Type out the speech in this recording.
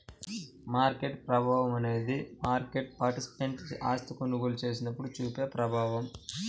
market ప్రభావం అనేది market participant ఆస్తిని కొనుగోలు చేసినప్పుడు చూపే ప్రభావం